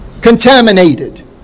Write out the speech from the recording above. contaminated